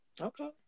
Okay